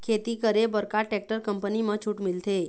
खेती करे बर का टेक्टर कंपनी म छूट मिलथे?